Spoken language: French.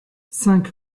cinq